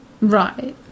right